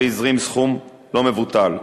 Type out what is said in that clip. והזרים סכום לא מבוטל,